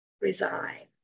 resign